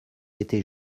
été